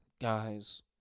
guys